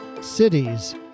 Cities